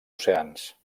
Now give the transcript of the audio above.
oceans